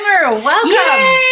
welcome